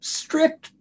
strict